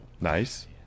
Nice